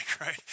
right